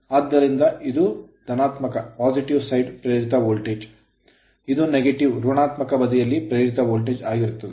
ಆದ್ದರಿಂದ ಇದು positive ಧನಾತ್ಮಕ ಸೈಡ್ ಪ್ರೇರಿತ ವೋಲ್ಟೇಜ್ ಆಗಿರುತ್ತದೆ ಇದು negative ಋಣಾತ್ಮಕ ಬದಿಯಲ್ಲಿ ಪ್ರೇರಿತ ವೋಲ್ಟೇಜ್ ಆಗಿರುತ್ತದೆ